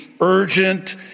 urgent